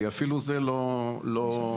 כי אפילו זה לא פשוט.